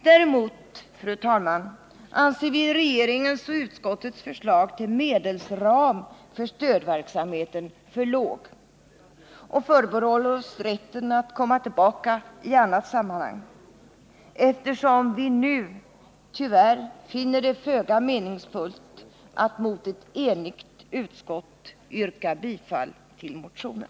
Däremot, fru talman, anser vi den av regeringen och utskottet föreslagna medelsramen för stödverksamheten vara för låg och förbehåller oss rätten att komma tillbaka i annat sammanhang, eftersom vi nu finner det föga meningsfullt att mot ett enigt utskott yrka bifall till motionen.